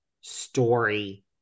story